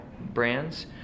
brands